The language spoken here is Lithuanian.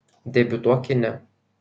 debiutuok kine